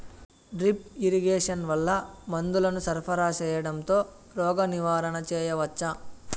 Drip irrigation వల్ల మందులను సరఫరా సేయడం తో రోగ నివారణ చేయవచ్చా?